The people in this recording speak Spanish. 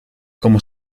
como